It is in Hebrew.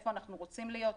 איפה אנחנו רוצים להיות,